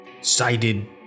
sided